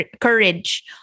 courage